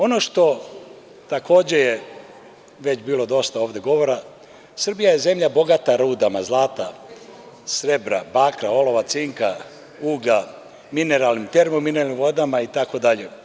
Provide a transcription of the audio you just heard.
Ono što takođe je ovde bilo dosta govora, Srbija je zemlja dosta bogata rudama zlata, srebra, bakra, olova, cinka, uglja, mineralnim, termomineralnim vodama, itd.